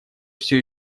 все